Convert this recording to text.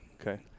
Okay